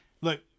look